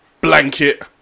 blanket